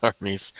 armies